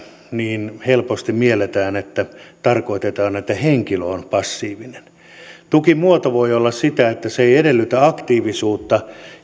niin helposti mielletään että tarkoitetaan että henkilö on passiivinen tukimuoto voi olla sitä että se ei edellytä aktiivisuutta